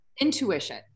intuition